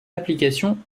application